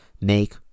Make